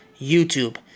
YouTube